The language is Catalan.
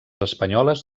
espanyoles